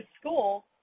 school